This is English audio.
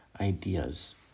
ideas